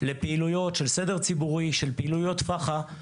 לפעילויות של סדר ציבורי, של פעילויות פח"ע.